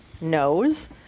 knows